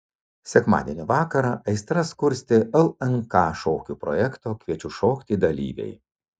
sekmadienio vakarą aistras kurstė lnk šokių projekto kviečiu šokti dalyviai